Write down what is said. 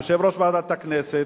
יושב-ראש ועדת הכנסת,